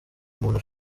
umuntu